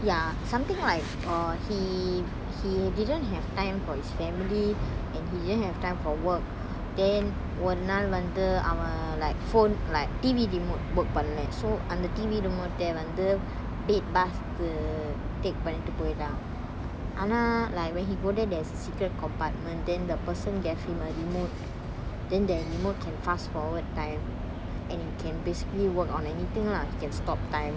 ya something like err he he didn't have time for his family and he didn't have time for work then ஒரு நாள் வந்து அவன்:oru naal vanthu avan like phone like T_V remote work permit so on the T_V remote ah வந்து:vanthu bad boss கு:ku take பண்ணிட்டு போய்றான் ஆனா:pannittu poiraan aana like when he go there there's a secret compartment then the person give him the remote then the remote can fast forward time and you can basically work on anything lah you can stop time